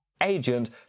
agent